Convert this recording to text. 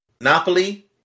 Napoli